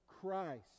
Christ